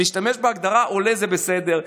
להשתמש בהגדרה עולה זה בסדר.